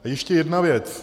A ještě jedna věc.